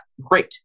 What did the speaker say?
great